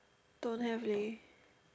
don't have leh